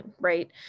right